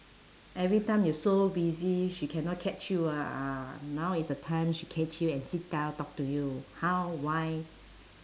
every time you so busy she cannot catch you ah ah now is the time she catch you and sit down talk to you how why